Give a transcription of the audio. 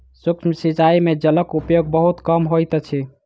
सूक्ष्म सिचाई में जलक उपयोग बहुत कम होइत अछि